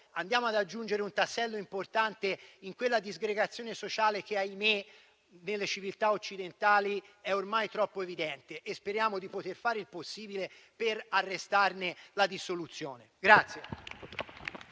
andiamo ad aggiungere un tassello importante in quella disgregazione sociale che, ahimè, nelle civiltà occidentali è ormai troppo evidente. Speriamo di poter fare il possibile per arrestarne la dissoluzione.